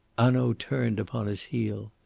hanaud turned upon his heel.